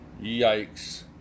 yikes